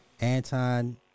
Anton